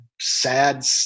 sad